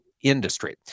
industry